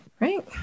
Right